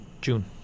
June